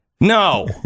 No